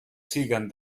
siguen